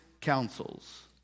counsels